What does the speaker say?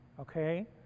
Okay